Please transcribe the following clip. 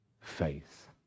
Faith